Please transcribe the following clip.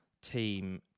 team